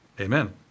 Amen